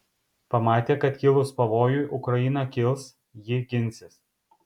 pamatė kad kilus pavojui ukraina kils ji ginsis